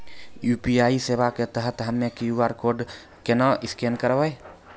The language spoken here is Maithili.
यु.पी.आई सेवा के तहत हम्मय क्यू.आर कोड केना स्कैन करबै?